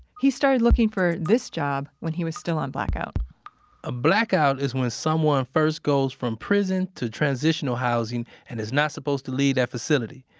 he started looking for this job when he was still on blackout a blackout is when someone first goes from prison to transitional housing and is not supposed to leave that facility.